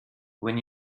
when